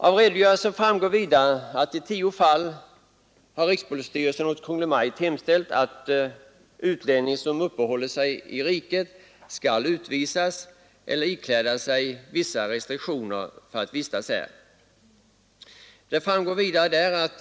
Av redogörelsen framgår vidare att rikspolisstyrelsen i tio fall har hemställt hos Kungl. Maj:t att utlänning som uppehåller sig i riket skall utvisas eller ikläda sig vissa restriktioner för att få vistas här.